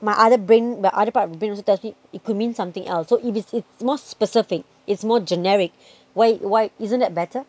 my other brain my other part of the brain also tells me it could mean something else so if it's it's more specific it's more generic why why isn't that better